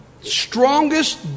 strongest